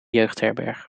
jeugdherberg